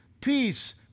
peace